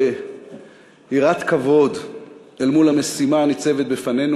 ביראת כבוד אל מול המשימה הניצבת בפנינו.